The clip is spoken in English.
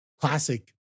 classic